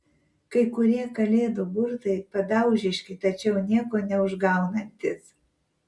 kai kurie kalėdų burtai padaužiški tačiau nieko neužgaunantys